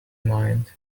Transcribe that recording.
mind